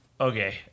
Okay